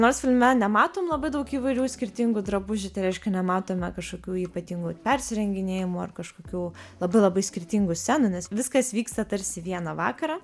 nors filme nematom labai daug įvairių skirtingų drabužių tai reiškia nematome kažkokių ypatingų persirenginėjimų ar kažkokių labai labai skirtingų scenų nes viskas vyksta tarsi vieną vakarą